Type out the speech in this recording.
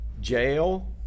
jail